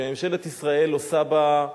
שממשלת ישראל עושה בה,